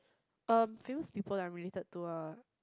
um famous people that I'm related ah